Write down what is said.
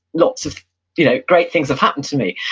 lots of you know great things have happened to me.